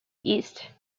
east